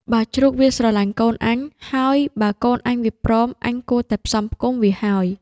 បើជ្រូកវាស្រឡាញ់កូនអញ ហើយបើកូនអញវាព្រម អញគួរតែផ្សំផ្គុំវាហើយ។